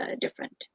different